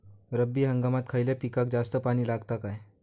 रब्बी हंगामात खयल्या पिकाक जास्त पाणी लागता काय?